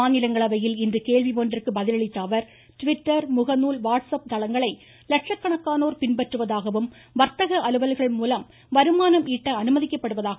மாநிலங்களவையில் இன்று கேள்வி ஒன்றிற்கு பதில் அளித்த அவர் ட்விட்டர் முகநூல் வாட்ஸ்அப் தளங்களை லட்சக்கணக்கானோர் பின்பற்றுவதாகவும் வர்த்தக அலுவல்கள் மூலம் வருமானம் ஈட்ட அனுமதிக்கப்படுவதாகவும் கூறினார்